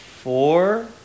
four